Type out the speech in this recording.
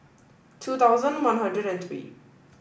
two thousand one hundred and three